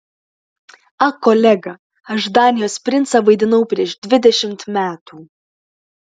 ak kolega aš danijos princą vaidinau prieš dvidešimt metų